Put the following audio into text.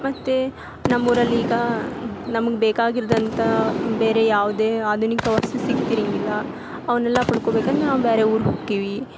ಮತ್ತು ನಮ್ಮೂರಲ್ಲೀಗ ನಮಗೆ ಬೇಕಾಗಿರುದಂಥ ಬೇರೆ ಯಾವುದೇ ಆಧುನಿಕ ವಸ್ತು ಸಿಗ್ತಿರಿಂಗಿಲ್ಲ ಅವನ್ನೆಲ್ಲ ಪಡ್ಕೊಬೇಕಂದ್ರೆ ನಾವು ಬ್ಯಾರೆ ಊರಿಗೆ ಹೋಕ್ಕೀವಿ